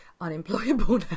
unemployable